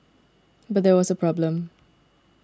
but there was a problem